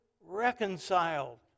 reconciled